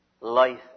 Life